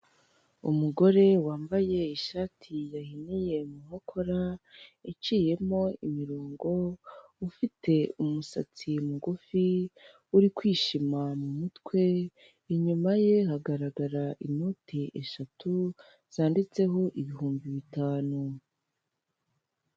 Umugore wambaye ishati yahiniye mu nkokora iciyemo imirongo ufite umusatsi mugufi uri kwishima mu mutwe, inyuma ye hagaragara inoti eshatu zanditseho ibihumbi bitanu.